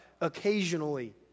occasionally